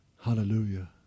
Hallelujah